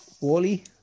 Wally